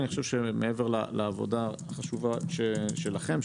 אני חושב שמעבר לעבודה החשובה שלכם,